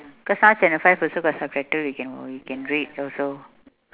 cause sometimes channel five also got subtitle we can we can read also